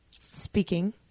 Speaking